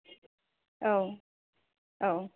औ औ